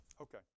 okay